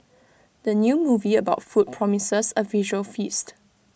the new movie about food promises A visual feast